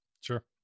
Sure